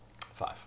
Five